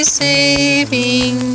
saving